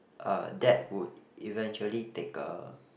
uh that would eventually take a